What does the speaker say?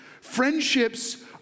Friendships